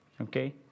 Okay